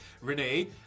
Renee